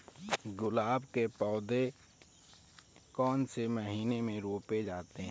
गुलाब के पौधे कौन से महीने में रोपे जाते हैं?